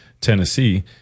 Tennessee